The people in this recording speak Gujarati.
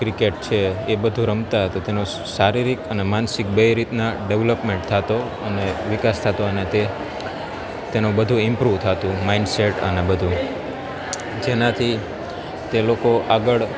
ક્રિકેટ છે એ બધું રમતા હતા તેનો શારીરીક અને માનસિક બેય રીતના ડેવલોપમેન્ટ થાતું અને વિકાસ થતો અને તે તેનો બધો ઇમપ્રુવ થાતું માઇન્ડસેટ અને બધું જેનાથી તે લોકો આગળ